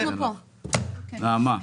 נוהל